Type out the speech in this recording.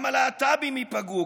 גם הלהט"בים ייפגעו,